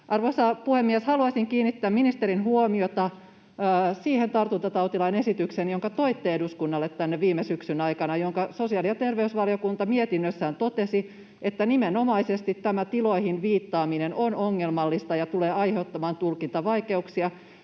Arvoisa puhemies! Haluaisin kiinnittää ministerin huomiota siihen tartuntatautilain esitykseen, jonka toitte eduskunnalle viime syksyn aikana ja josta sosiaali- ja terveysvaliokunta mietinnössään totesi, että nimenomaisesti tämä tiloihin viittaaminen on ongelmallista ja tulee aiheuttamaan tulkintavaikeuksia.